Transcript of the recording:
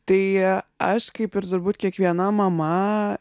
tai aš kaip ir turbūt kiekviena mama